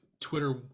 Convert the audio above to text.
Twitter